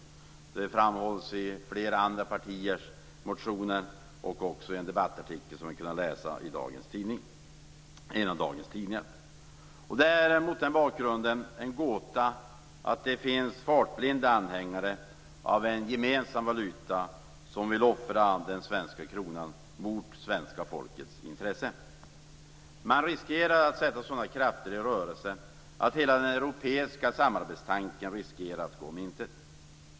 Det har framhållits i flera andra partiers motioner och också i en debattartikel vi har kunnat läsa i en av dagens tidningar. Det är mot den bakgrunden en gåta att det finns fartblinda anhängare av en gemensam valuta som vill offra den svenska kronan mot det svenska folkets intresse. Man riskerar att sätta sådana krafter i rörelse att hela den europeiska samarbetstanken riskerar att gå om intet.